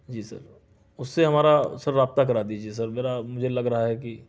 جی sir اس سے ہمارا سر رابطہ کرا دیجیے سر میرا مجھے لگ رہا ہے کہ